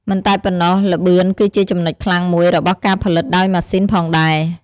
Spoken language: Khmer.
មិនតែប៉ុណ្ណោះល្បឿនគឺជាចំណុចខ្លាំងមួយរបស់ការផលិតដោយម៉ាស៊ីនផងដែរ។